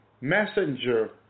messenger